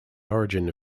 origin